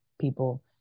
people